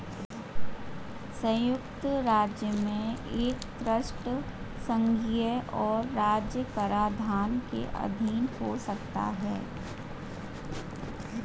संयुक्त राज्य में एक ट्रस्ट संघीय और राज्य कराधान के अधीन हो सकता है